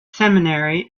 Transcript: seminary